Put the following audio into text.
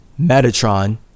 Metatron